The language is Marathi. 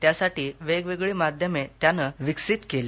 त्यासाठी वेगवेगळी माध्यमं त्यानं विकसित केली